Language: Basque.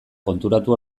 konturatu